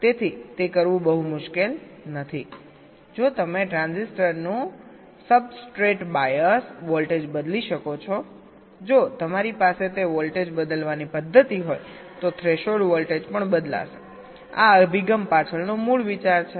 તેથી તે કરવું બહુ મુશ્કેલ નથી જો તમે ટ્રાન્ઝિસ્ટરનું સબસ્ટ્રેટ બાયસ વોલ્ટેજ બદલી શકો છો જો તમારી પાસે તે વોલ્ટેજ બદલવાની પદ્ધતિ હોય તો થ્રેશોલ્ડ વોલ્ટેજ પણ બદલાશે આ અભિગમ પાછળનો મૂળ વિચાર છે